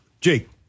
Jake